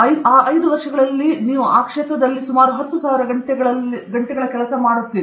ಆದುದರಿಂದ 5 ವರ್ಷಗಳಲ್ಲಿ ನೀವು ಆ ಕ್ಷೇತ್ರದಲ್ಲಿ ಸುಮಾರು 10000 ಗಂಟೆಗಳಲ್ಲಿ ಇರುತ್ತಿದ್ದೀರಿ